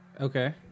Okay